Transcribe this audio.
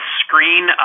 screen